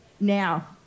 Now